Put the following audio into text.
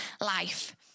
life